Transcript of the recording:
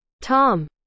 Tom